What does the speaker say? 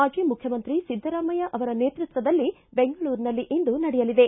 ಮಾಜಿ ಮುಖ್ಯಮಂತ್ರಿ ಸಿದ್ದರಾಮಯ್ಯ ಅವರ ನೇತೃತ್ವದಲ್ಲಿ ಬೆಂಗಳೂರಿನಲ್ಲಿ ಇಂದು ನಡೆಯಲಿದೆ